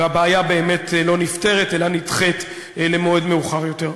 והבעיה לא נפתרת אלא נדחית למועד מאוחר יותר.